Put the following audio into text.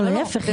לא, להפך.